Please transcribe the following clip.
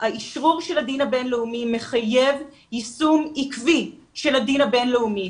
האשרור של הדין הבין-לאומי מחייב יישום עקבי של הדין הבין-לאומי.